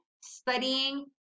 studying